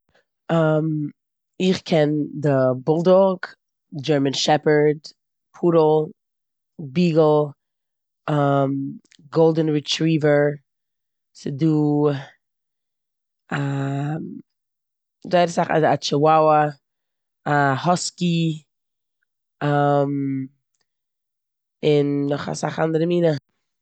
איך קען די בולדאג, דשערמאן שעפהערד, פודל, ביעגעל, גאלדען ריטריעווער, ס'דא א זייער אסא- א טשיוואווא, א האסקי, און נאך אסאך אנדערע מינע.